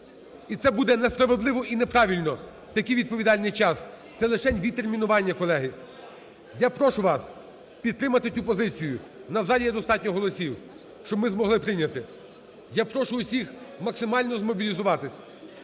і це буде несправедливо і неправильно в такий відповідальний час. Це лишень відтермінування, колеги. Я прошу вас підтримати цю позицію, у нас в залі є достатньо голосів, щоб ми змогли прийняти. Я прошу всіх максимально змобілізуватись.